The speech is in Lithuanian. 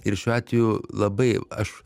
ir šiuo atveju labai aš